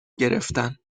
گرفتن